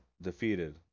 Defeated